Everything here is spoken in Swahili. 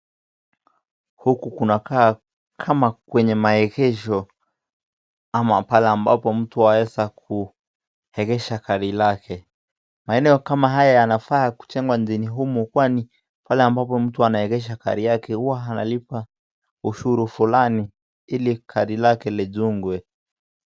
Huku kunakaa kama kwenye maegesho ama pale ambapo mtu anaweza kuegesha gari lake. Maeneo kama haya yanafaa kujengwa mjini humu kwani pale ambapo mtu anaegesha gari yake huwa analipa ushuru fulani hili gari lake lijungwe.